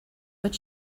but